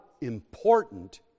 important